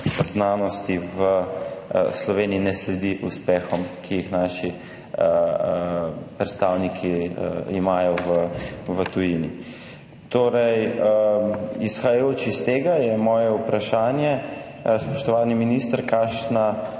znanosti v Sloveniji ne sledi uspehom, ki jih naši predstavniki imajo v tujini. Izhajajoč iz tega je moje vprašanje, spoštovani minister: Kakšna